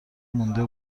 مونده